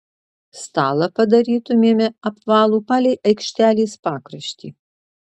stalą padarytumėme apvalų palei aikštelės pakraštį